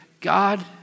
God